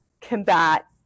combat